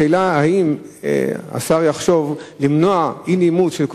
השאלה היא אם השר יחשוב למנוע אי-נעימות של כל